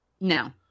No